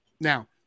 Now